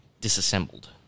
disassembled